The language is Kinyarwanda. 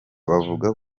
bavuga